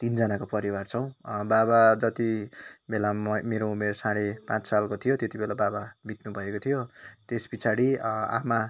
तिनजनाको परिवार छौँ बाबाजति मेलाम मेरो उमेर साढे पाँच सालको थियो त्यति बेला बाबा बित्नुभएको थियो त्यस पछाडि आमा